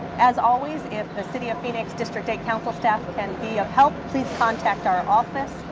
as always, if the city of phoenix district eight council staff can be of help, please contact our office.